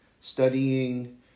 studying